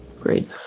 Great